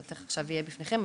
הוא תכף יהיה בפניכם,